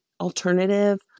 alternative